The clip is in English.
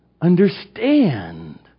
understand